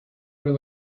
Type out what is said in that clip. were